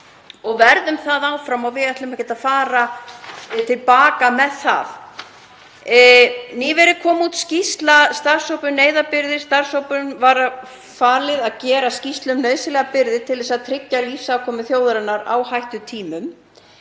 og verðum það áfram og við ætlum ekkert að fara til baka með það. Nýverið kom út skýrsla starfshóps um neyðarbirgðir. Starfshópnum var falið að gera skýrslu um nauðsynlegar birgðir til að tryggja lífsafkomu þjóðarinnar á hættutímum.